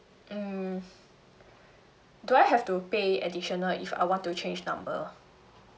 mm do I have to pay additional if I want to change number